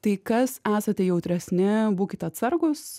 tai kas esate jautresni būkit atsargūs